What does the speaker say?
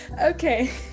okay